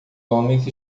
homens